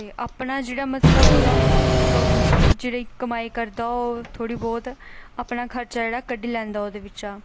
ते अपना जेहड़ा मतलब जेहड़ी कमाई करदे ओह् थोह्ड़ा बहुत अपना खर्चा जेहड़ा कड्ढी लैंदा उं'दे बिचा